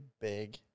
big